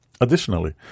Additionally